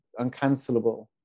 uncancelable